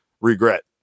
regret